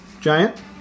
giant